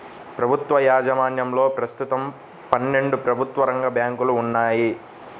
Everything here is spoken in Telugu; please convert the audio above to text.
ప్రభుత్వ యాజమాన్యంలో ప్రస్తుతం పన్నెండు ప్రభుత్వ రంగ బ్యాంకులు ఉన్నాయి